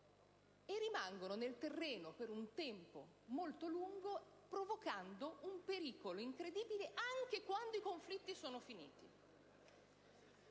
e rimangono nel terreno per un tempo molto lungo, provocando un pericolo incredibile anche quando i conflitti sono terminati.